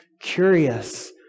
curious